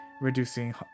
reducing